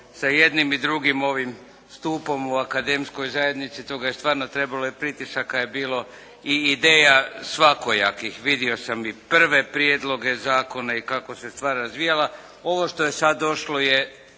sa jednim i drugim ovim stupom u akademskoj zajednici toga jer stvarno trebalo je, pritisaka je bilo i ideja svakojakih. Vidio sam i prve prijedloge zakona i kako se stvar razvijala. Ovo što je sad došlo je